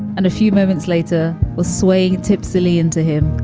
and a few moments later was swaying tip silly into him,